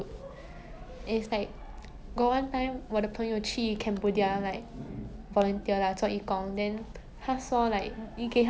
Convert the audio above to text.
钱你吃钱会饱 meh that's what they always say lah